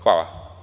Hvala.